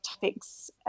topics